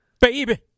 baby